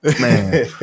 Man